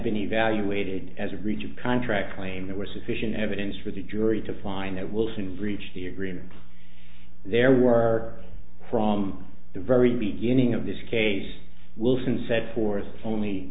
been evaluated as a reach of contract claim that were sufficient evidence for the jury to find it will soon reach the agreement there were from the very beginning of this case wilson said for us only